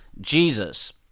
Jesus